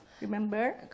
Remember